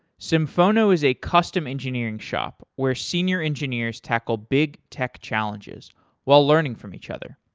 symphono is a custom engineering shop where senior engineers tackle big tech challenges while learning from each other.